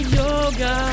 yoga